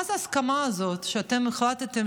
מה זה ההסכמה הזאת שאתם החלטתם